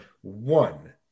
One